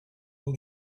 all